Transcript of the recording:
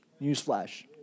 Newsflash